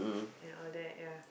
and all that ya